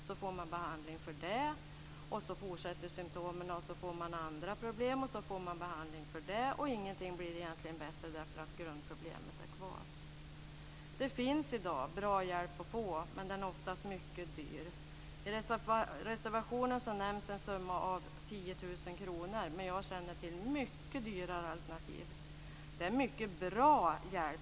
Då får man behandling för det, men symtomen fortsätter och man får andra problem som man får behandling för. Ingenting blir egentligen bättre, eftersom grundproblemet är kvar. Det finns i dag bra hjälp att få, men den är oftast mycket dyr. I reservationen nämns en kostnad om 10 000 kr, men jag känner till mycket dyrare alternativ. Det är en mycket bra hjälp.